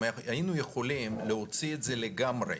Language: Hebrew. אם היינו יכולים להוציא את זה לגמרי